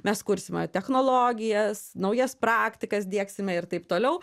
mes kursime technologijas naujas praktikas diegsime ir taip toliau